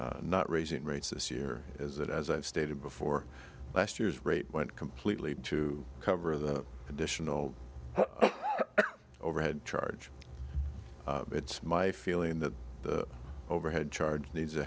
not raising rates this year is that as i've stated before last year's rate went completely to cover the additional overhead charge it's my feeling that the overhead charge needs to